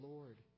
Lord